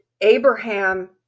Abraham